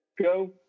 go